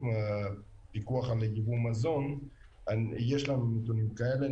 פיקוח יבוא המזון יש לנו נתונים כאלה.